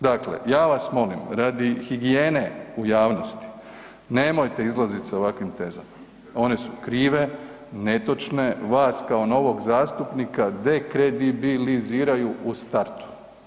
Dakle, ja vas molim radi higijene u javnosti nemojte izlaziti sa ovakvim tezama, one su krive, netočne, vas kao novog zastupnika dekredibiliziraju u startu.